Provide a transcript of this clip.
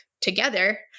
together